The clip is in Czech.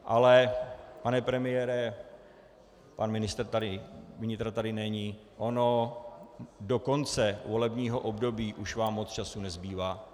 Ale pane premiére pan ministr vnitra tady není ono do konce volebního období už vám moc času nezbývá.